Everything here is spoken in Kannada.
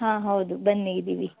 ಹಾಂ ಹೌದು ಬನ್ನಿ ಇದ್ದೀವಿ